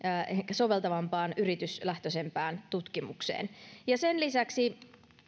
soveltavampaan yrityslähtöisempään tutkimukseen sen lisäksi